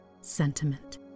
sentiment